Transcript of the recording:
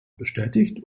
bestätigt